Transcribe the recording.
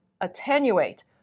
attenuate